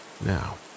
now